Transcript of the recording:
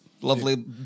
lovely